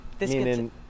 Meaning